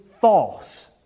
false